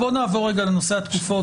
בואו נעבור רגע לנושא התקופות.